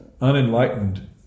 unenlightened